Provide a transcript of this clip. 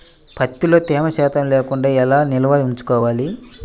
ప్రత్తిలో తేమ శాతం లేకుండా ఎలా నిల్వ ఉంచుకోవాలి?